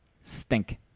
Stink